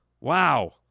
Wow